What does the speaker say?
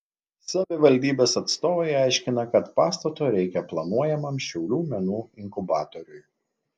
savivaldybės atstovai aiškina kad pastato reikia planuojamam šiaulių menų inkubatoriui